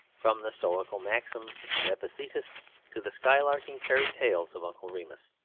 from the stoical maxims of epictetus to the skylarking fairy tales of uncle remus.